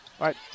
right